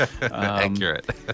Accurate